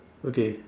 okay